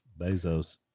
bezos